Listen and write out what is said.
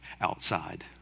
outside